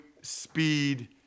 speed